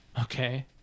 Okay